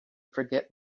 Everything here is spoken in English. forget